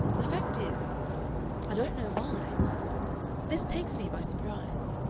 the fact is i don't know why this takes me by surprise.